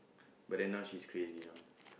but then now she's crazy now